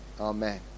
Amen